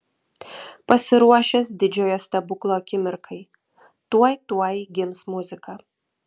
pasiruošęs didžiojo stebuklo akimirkai tuoj tuoj gims muzika